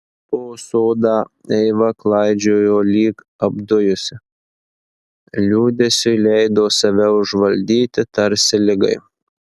po sodą eiva klaidžiojo lyg apdujusi liūdesiui leido save užvaldyti tarsi ligai